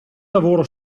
lavoro